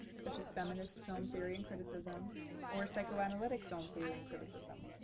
such as feminist film theory and criticism or psychoanalytic film theory and criticism.